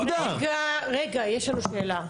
רגע, יש לנו שאלה.